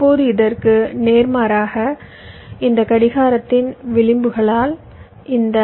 இப்போது இதற்கு நேர்மாறாக இந்த கடிகாரத்தின் விளிம்புகளால் இந்த